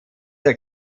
der